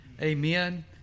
Amen